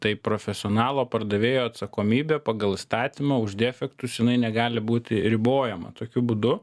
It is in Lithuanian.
tai profesionalo pardavėjo atsakomybė pagal įstatymą už defektus jinai negali būti ribojama tokiu būdu